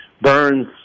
burns